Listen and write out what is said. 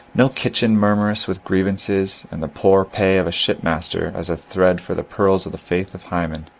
no kitchen murmurous with grievances and the poor pay of a shipmaster as a thread for the pearls of the faith of hymen.